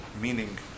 meaning